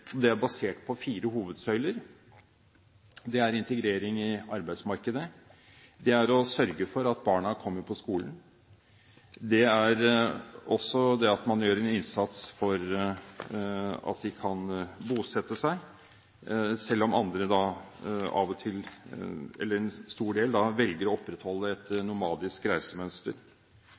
er basert på fire hovedsøyler: integrering i arbeidsmarkedet, det å sørge for at barna kommer på skolen, det å gjøre en innsats for at de kan bosette seg, selv om en stor del velger å opprettholde et nomadisk reisemønster,